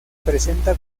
presenta